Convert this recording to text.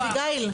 פיקוח.